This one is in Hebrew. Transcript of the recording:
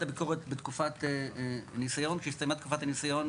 הביקורת בתקופת ניסיון ושהסתיימה תקופת הניסיון